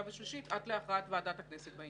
ושלישית עד להכרעת ועדת הכנסת בעניין.